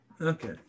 Okay